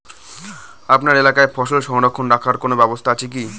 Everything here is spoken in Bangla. আপনার এলাকায় ফসল সংরক্ষণ রাখার কোন ব্যাবস্থা আছে কি?